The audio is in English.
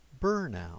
burnout